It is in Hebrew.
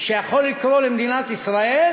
שיכול לקרות למדינת ישראל,